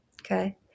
Okay